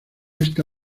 esta